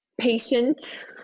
patient